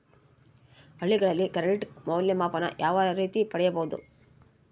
ಹಳ್ಳಿಗಳಲ್ಲಿ ಕ್ರೆಡಿಟ್ ಮೌಲ್ಯಮಾಪನ ಯಾವ ರೇತಿ ಪಡೆಯುವುದು?